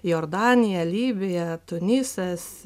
jordanija libija tunisas